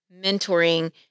mentoring